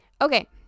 Okay